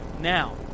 Now